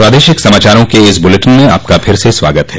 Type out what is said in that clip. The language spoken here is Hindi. प्रादेशिक समाचारों के इस बुलेटिन में आपका फिर से स्वागत है